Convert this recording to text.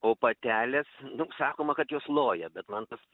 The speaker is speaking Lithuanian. o patelės sakoma kad jos loja bet man tas